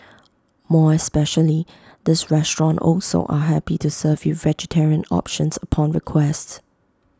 more especially this restaurant also are happy to serve you vegetarian options upon request